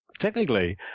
Technically